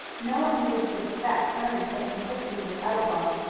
no one could suspect ernest of complicity with outlaws,